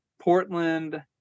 Portland